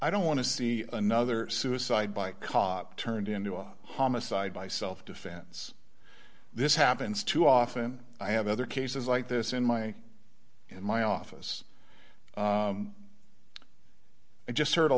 i don't want to see another suicide by cop turned into a homicide by self defense this happens too often i have other cases like this in my in my office i just heard a